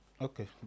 Okay